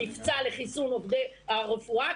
מבצע לחיסון עובדי הרפואה,